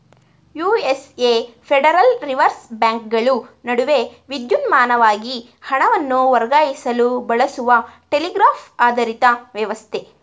USA federal reverse ಬ್ಯಾಂಕ್ಗಳು ನಡುವೆ ವಿದ್ಯುನ್ಮಾನವಾಗಿ ಹಣವನ್ನು ವರ್ಗಾಯಿಸಲು ಬಳಸುವ ಟೆಲಿಗ್ರಾಫ್ ಆಧಾರಿತ ವ್ಯವಸ್ಥೆ